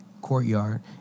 courtyard